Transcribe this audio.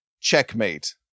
Checkmate